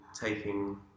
taking